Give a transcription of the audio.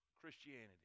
Christianity